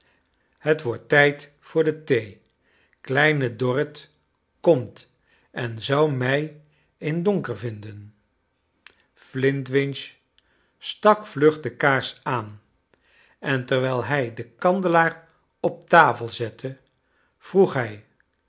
het wordt tijd voor de thee kleine dorrit komt en zou mij in donker vinden flint winch stak vlug do kaars aan en terwijl hij den kandelaar op tafel zette vroeg hij